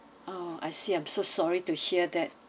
ah I see I'm so sorry to hear that